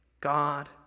God